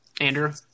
Andrew